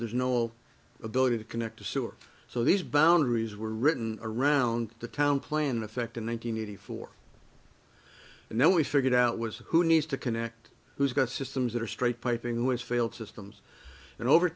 there's no ability to connect to sewer so these boundaries were written around the town plan in effect in one thousand nine hundred four and then we figured out was who needs to connect who's got systems that are straight piping which failed systems and over